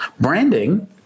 Branding